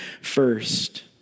first